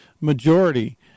majority